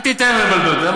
אל תיתן להן לבלבל אותך.